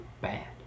bad